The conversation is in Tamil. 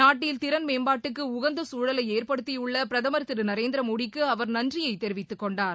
நாடடில் திறன் மேம்பாட்டுக்கு உகந்த சசூழலை ஏற்படுத்தியுள்ள பிரதமர் நரேந்திரமோடிக்கு அவர் நன்றியை தெரிவித்துக்கொண்டார்